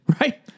Right